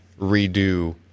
redo